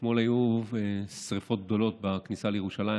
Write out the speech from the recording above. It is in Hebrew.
אתמול היו שרפות גדולות בכניסה לירושלים.